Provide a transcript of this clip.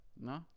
No